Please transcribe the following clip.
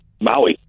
Maui